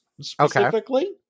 specifically